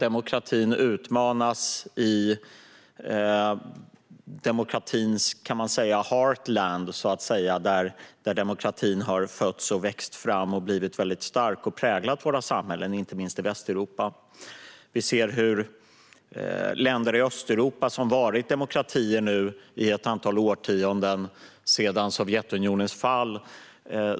Demokratin utmanas i det som är dess heartland, där demokratin så att säga har fötts, vuxit fram, blivit stark och präglat samhällena, inte minst i Västeuropa. Vi ser en tillbakagång i flera länder i Östeuropa som varit demokratier i ett antal årtionden sedan Sovjetunionens fall.